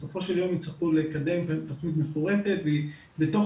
בסופו של יום יצטרכו לקדם תכנית מפורטת ותוך